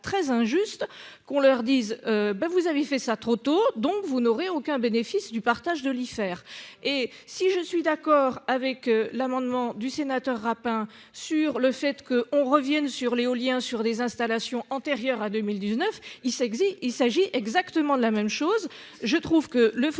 très injuste qu'on leur dise ben vous avez fait ça trop tôt. Donc vous n'aurez aucun bénéfice du partage de lui faire et si je suis d'accord avec l'amendement du sénateur Rapin, sur le fait que on revienne sur l'éolien sur des installations antérieurs à 2019, il s'exile. Il s'agit exactement de la même chose je trouve que le photovoltaïque.